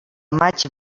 maig